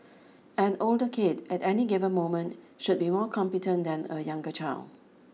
an older kid at any given moment should be more competent than a younger child